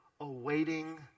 awaiting